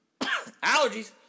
allergies